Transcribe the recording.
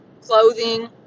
clothing